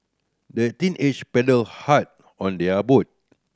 the teenager paddled hard on their boat